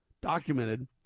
documented